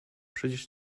przecież